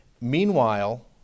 Meanwhile